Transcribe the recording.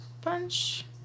punch